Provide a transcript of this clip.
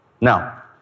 Now